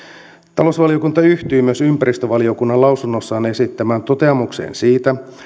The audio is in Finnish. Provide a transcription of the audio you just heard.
talousvaliokunta yhtyy myös ympäristövaliokunnan lausunnossaan esittämään toteamukseen siitä